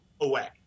away